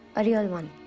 a real one.